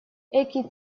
экий